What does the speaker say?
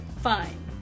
fine